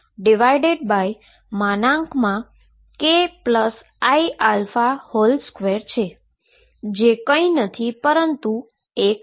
જે કંઈ નથી પરંતુ 1 છે